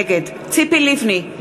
נגד ציפי לבני,